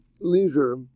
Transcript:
leisure